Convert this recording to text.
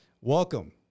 Welcome